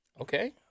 Okay